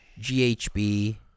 GHB